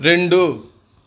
రెండు